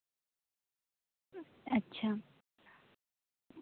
ᱟᱪᱪᱷᱟ